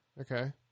Okay